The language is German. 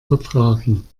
vertragen